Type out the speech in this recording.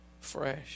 fresh